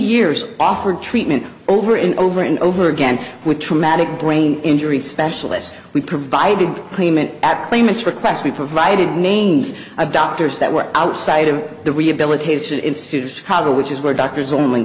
years off treatment over and over and over again with traumatic brain injury specialist we provided payment at claimants request we provided names of doctors that were outside of the rehabilitation institute of chicago which is where doctors only